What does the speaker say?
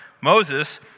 Moses